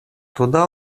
туда